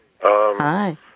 Hi